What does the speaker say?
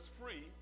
free